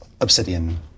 obsidian